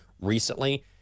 recently